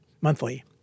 monthly